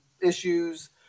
issues